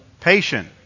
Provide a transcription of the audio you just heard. Patient